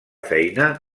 feina